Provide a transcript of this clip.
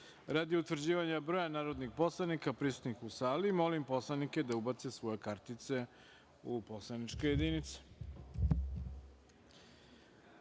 utvrđivanja broja narodnih poslanika prisutnih u sali, molim poslanike da ubace svoje kartice u poslaničke